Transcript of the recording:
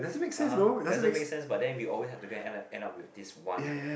(uh huh) doesn't make sense but then we always have to go and end up end up with this one